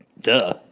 Duh